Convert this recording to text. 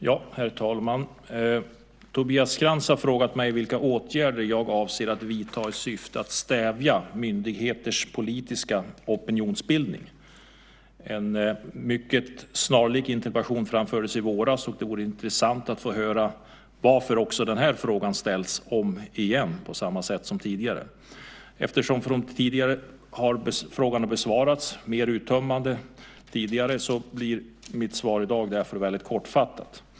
Herr talman! Tobias Krantz har frågat mig vilka åtgärder jag avser att vidta i syfte att stävja myndigheters politiska opinionsbildning. En mycket snarlik interpellation framfördes i våras, och det vore intressant att få höra varför den här frågan ställs igen på samma sätt som tidigare. Eftersom frågan tidigare har besvarats mer uttömmande blir mitt svar i dag väldigt kortfattat.